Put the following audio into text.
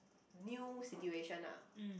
new situation ah